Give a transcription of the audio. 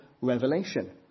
revelation